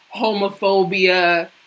homophobia